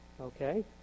okay